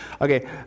Okay